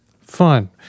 fun